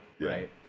right